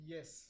Yes